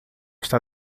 está